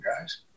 guys